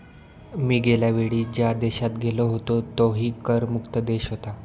मी गेल्या वेळी ज्या देशात गेलो होतो तोही कर मुक्त देश होता